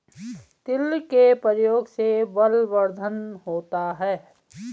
तिल के प्रयोग से बलवर्धन होता है